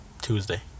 Tuesday